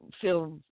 feel